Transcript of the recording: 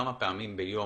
כמה פעמים ביום,